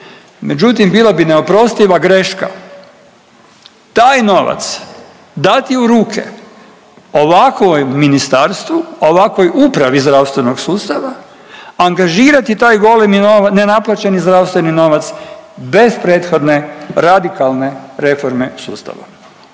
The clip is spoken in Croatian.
Međutim, bila bi neoprostiva greška taj novac dati u ruke ovakvoj ministarstvu ovakvoj upravi zdravstvenog sustava, angažirati taj golemi nenaplaćeni zdravstveni novac bez prethodne radikalne reforme sustava.